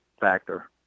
factor